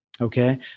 Okay